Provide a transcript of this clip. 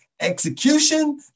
execution